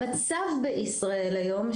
המצב בישראל היום,